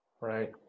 Right